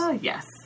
Yes